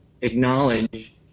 acknowledge